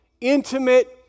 intimate